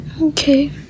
Okay